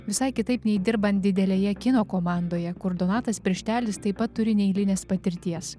visai kitaip nei dirbant didelėje kino komandoje kur donatas pirštelis taip pat turi neeilinės patirties